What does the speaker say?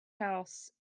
house